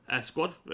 squad